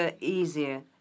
easier